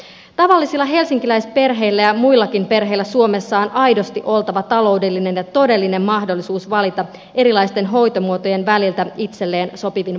tavallisilla helsinkiläisperheillä ja muillakin perheillä suomessa on aidosti oltava taloudellinen ja todellinen mahdollisuus valita erilaisten hoitomuotojen väliltä itselleen sopivin vaihtoehto